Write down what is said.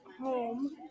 home